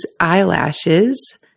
eyelashes